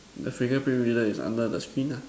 the finger print reader is under the screen ah